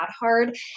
hard